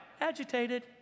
agitated